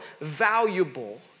valuable